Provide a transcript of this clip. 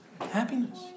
Happiness